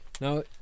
Now